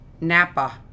Napa